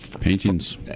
Paintings